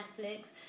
Netflix